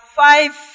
five